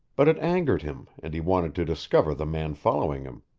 but it angered him, and he wanted to discover the man following him.